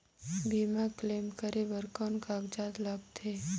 बीमा क्लेम करे बर कौन कागजात लगथे?